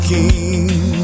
King